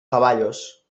caballos